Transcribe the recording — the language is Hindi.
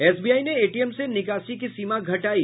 एसबीआई ने एटीएम से निकासी की सीमा घटायी